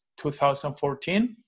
2014